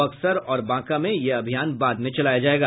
बक्सर और बांका में ये अभियान बाद में चलाया जाएगा